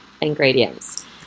ingredients